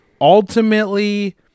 ultimately